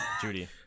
Judy